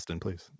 please